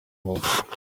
vuba